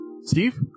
Steve